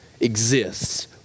exists